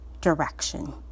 direction